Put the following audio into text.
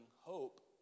hope